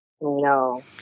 No